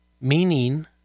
meaning